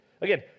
Again